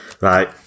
Right